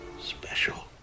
special